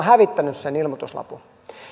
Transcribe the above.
hävittäneet sen ilmoituslapun